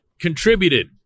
contributed